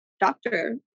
doctor